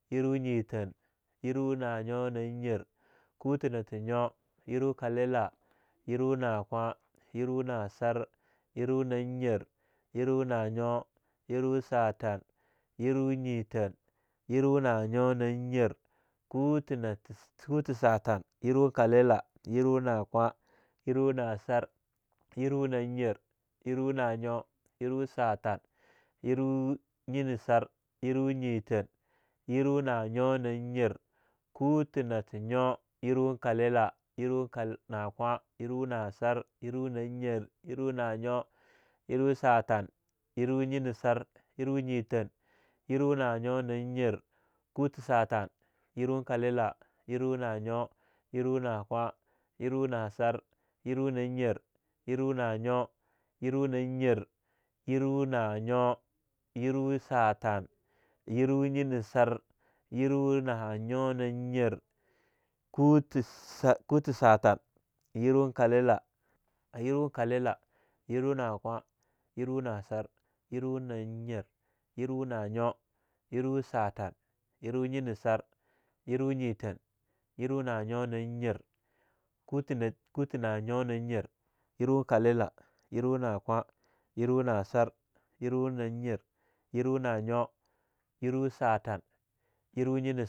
Yer nyethan, yer nanyo nanyer, kutha nata nyo, yerwa kalila, yerwa nakwa, yerwa nasar, yerwa nanyar, yerwa nanyo, yerwa satan, yerwah nyethan, yerwan nanyo nanyir, kota nat.. kuta satan yerwa kalewa, yerwa nakwa, yerwa nasar, yerwa nanyir yerwa nanyo, yerwa satan, yerwa nanyir nasar, yerwa nyethan, yerwa nanyo nanyir, kuta nata nyo, yerwa kalela, yerwa nakwa, yerwa nasar, yerwa nanyir, yerwa nanyo, yerwa satan, yerwa nyenasar, yerwa nyethan, yerwa nanyo nanyir, kuta satan, yerwa kalela, yerwa nayo yerwa nakwa, yerwa nasar, yerwa nanyir, yerwa nanyo, yerwa satan, yerwa nyena nasar, yerwa nahanyo nanyar, kuta satan yerwa kalela, yerwa kalela yerwa nakwa, yerwa nasar, yerwa nanyar, yerwa nanyo, yerwa satan yerwa nyenasar, yerwa nyethan, yerwa nanyo nanyar kuta nanyo nanyar, yerwan kalela, yerwa nakwa, yerwa nasar, yerwa nanyar, yerwa nanyo, yerwa satan, yerwa...